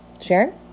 Sharon